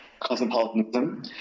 cosmopolitanism